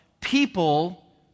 People